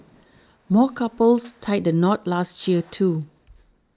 more couples tied the knot last year too